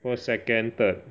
first second third